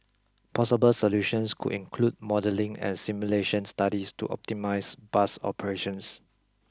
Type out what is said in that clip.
possible solutions could include modelling and simulation studies to optimise bus operations